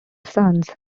sons